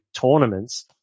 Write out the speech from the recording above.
tournaments